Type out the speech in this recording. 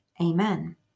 Amen